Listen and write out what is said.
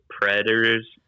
predators